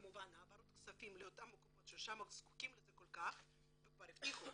כמובן העברות כספים לאותם מקומות ששם זקוקים לזה כל כך וכבר הבטיחו,